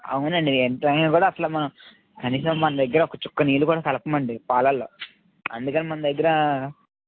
అవునండి ఎంతైనా కూడా అట్లా మనం కనీసం మన దగ్గర ఒక చుక్క నీళ్ళు కూడా కలపమండి పాలలో అందుకని మన దగ్గర